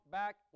back